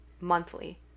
monthly